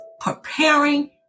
preparing